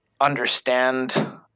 understand